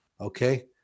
okay